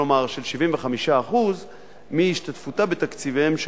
כלומר של 75% מהשתתפותה בתקציביהם של